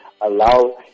allow